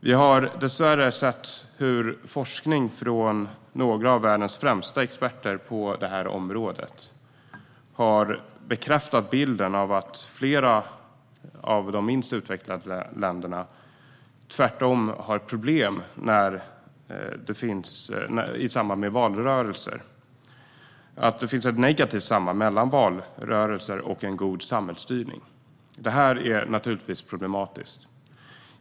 Vi har dessvärre sett hur forskning från några av världens främsta experter på det här området har bekräftat bilden av att flera av de minst utvecklade länderna tvärtom har problem i samband med valrörelser. Det finns ett negativt samband mellan valrörelser och en god samhällsstyrning. Det här är naturligtvis problematiskt.